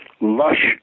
lush